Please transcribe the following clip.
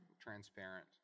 Transparent